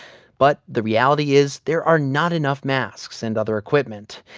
but the reality is there are not enough masks and other equipment.